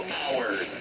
hours